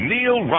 Neil